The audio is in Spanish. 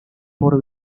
por